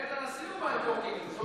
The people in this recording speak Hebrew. לבית הנשיא הוא בא עם קורקינט, לא לכנסת.